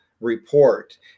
report